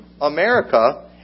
America